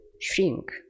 shrink